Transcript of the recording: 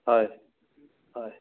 হয় হয়